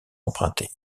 emprunter